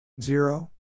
zero